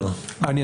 כן.